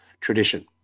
tradition